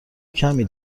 کمی